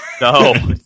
No